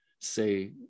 say